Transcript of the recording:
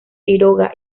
quiroga